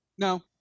no